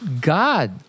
God